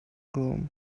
groom